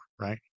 right